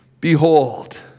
behold